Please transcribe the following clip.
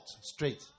straight